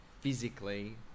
physically